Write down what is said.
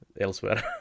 elsewhere